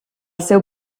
seu